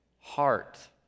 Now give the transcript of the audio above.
heart